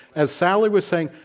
as sally was saying,